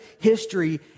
history